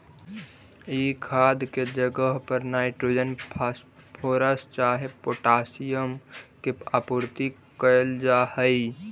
ई खाद के जगह पर नाइट्रोजन, फॉस्फोरस चाहे पोटाशियम के आपूर्ति कयल जा हई